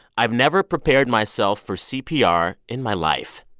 i've never prepared myself for cpr in my life.